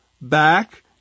back